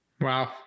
Wow